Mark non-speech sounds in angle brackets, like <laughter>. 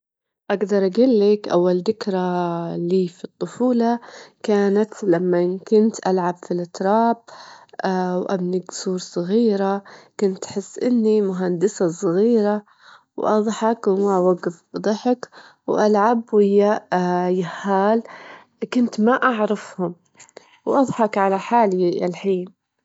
أفضل وسيلة للسفر <hesitation> إهي القطار، يعني لأن القطار مريح، وفي نفس الوقت للأسترخاء، أحب المناظر اللي تطلعلتش وأنتي- وأنتي تمشين وتحسين إنك جزء من الرحلة نفسها، السفرة على القطار مفضلة.